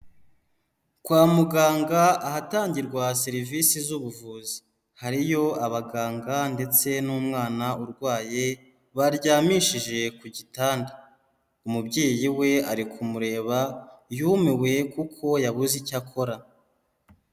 Kwa muganga ahatangirwa serivisi z'ubuvuzi, hariyo abaganga ndetse n'umwana urwaye baryamishije ku gitanda, umubyeyi we ari kumureba yumiwe kuko yabuze icyo akora.